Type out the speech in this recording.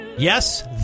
Yes